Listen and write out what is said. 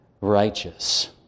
righteous